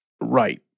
Right